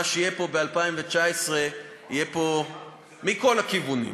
מה שיהיה פה ב-2019 יהיה פה מכל הכיוונים,